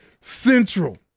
central